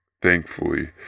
Thankfully